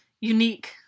unique